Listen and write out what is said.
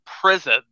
Prison